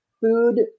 food